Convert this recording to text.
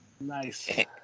Nice